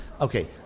Okay